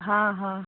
हाँ हाँ